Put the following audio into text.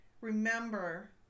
remember